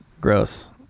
Gross